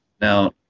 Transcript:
Now